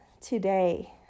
today